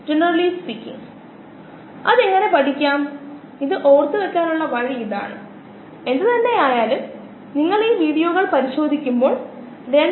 കോശങ്ങൾ നമ്മൾ ഒരു അടിസ്ഥാന ബയോളജി കോഴ്സിൽ പഠിച്ചിരിക്കാം അവ കോശങ്ങളുടെ സൈക്കിൾ എന്ന് വിളിക്കപ്പെടുന്നവയ്ക്ക് വിധേയമാകുന്നു മാത്രമല്ല ഇത് എല്ലായ്പ്പോഴും ഒരുതരം വളർച്ചയായി കാണപ്പെടുന്നു എല്ലായ്പ്പോഴും അല്ല